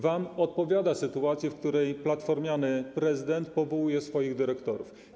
Wam odpowiada sytuacja, w której platformiany prezydent powołuje swoich dyrektorów.